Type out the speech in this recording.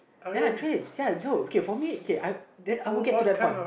ya I tried okay for me okay I would get to the point